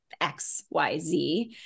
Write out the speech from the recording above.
xyz